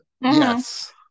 yes